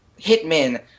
Hitmen